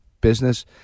business